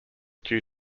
due